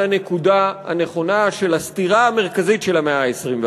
הנקודה הנכונה של הסתירה המרכזית של המאה ה-21,